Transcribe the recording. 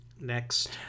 Next